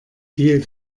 viel